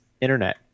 Internet